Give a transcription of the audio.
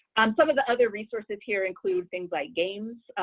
um some of the other resources here include things like games.